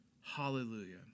Hallelujah